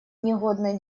негодной